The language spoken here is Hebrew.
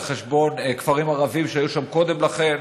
על חשבון כפרים ערביים שהיו שם קודם לכן,